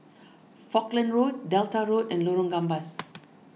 Falkland Road Delta Road and Lorong Gambas